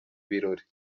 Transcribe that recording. birori